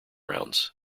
rounds